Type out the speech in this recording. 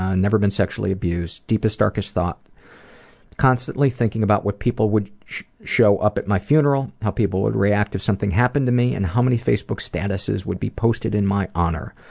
ah never been sexually abused. deepest, darkest thoughts constantly thinking about what people would show up at my funeral, how people would react if something happened to me, and how many facebook statuses would be posted in my honor.